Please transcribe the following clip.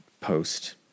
post